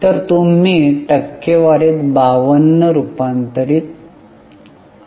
तर तुम्ही टक्केवारीत 52 रूपांतरित आहात